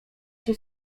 się